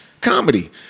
comedy